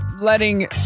letting